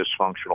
dysfunctional